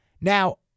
Now